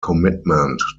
commitment